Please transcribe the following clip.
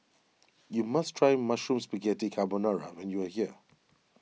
you must try Mushroom Spaghetti Carbonara when you are here